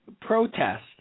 protest